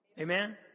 Amen